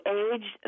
age